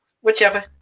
Whichever